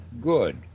good